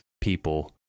people